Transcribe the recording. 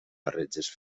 barreges